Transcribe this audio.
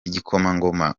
igikomangoma